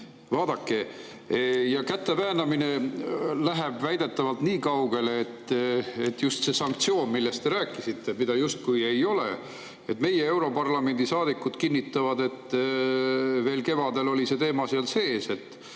Vaadake, käteväänamine läheb väidetavalt nii kaugele, et just see sanktsioon, millest te rääkisite, mida justkui ei ole, meie europarlamendi saadikud kinnitavad, et veel kevadel oli see teema seal sees, ehk